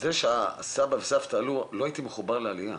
זה שסבא וסבתא עלו לא הייתי מחובר לעלייה,